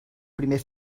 primer